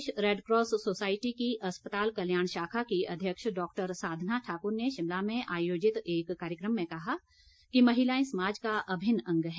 प्रदेश Red Cross society की अस्पताल कल्याण शाखा की अध्यक्ष डॉक्टर साधना ठाकुर ने शिमला में आयोजित एक कार्यक्रम में कहा कि महिलाएं समाज का अभिन्न अंग हैं